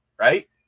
right